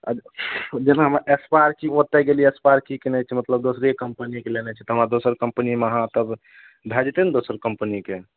जेनामे स्पार्कीके ओतय गेलियै स्पार्कीके केने छै मतलब दोसरे कम्पनीके लेने छै तऽ हमरा दोसर कम्पनीमे अहाँ तब भए जेतयने दोसर कम्पनीके